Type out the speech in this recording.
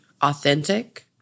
authentic